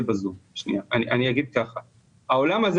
כדי לשרוד אירועים שגורמים לכך שיש לך ירידה חדה בהכנסות לעומת שנים